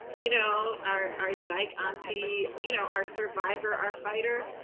you know, our dyke auntie. you know, our survivor. our fighter.